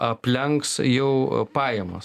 aplenks jau pajamas